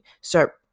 Start